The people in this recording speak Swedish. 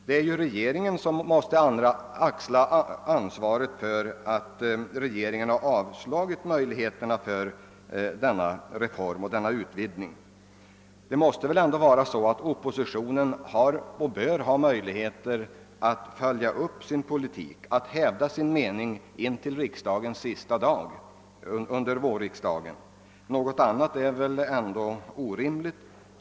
Det är regeringen som måste axla ansvaret för att förutsättningarna för reformens genomförande i denna del inte finns. Oppositionen bör väl ha rätt att följa upp sin politik och hävda sin mening ända till vårriksdagens sista dag. Något annat är orimligt.